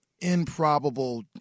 improbable